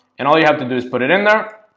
and all you have to do is put it in there.